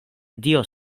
dio